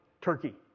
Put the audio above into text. Turkey